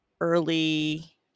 early